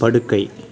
படுக்கை